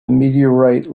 meteorite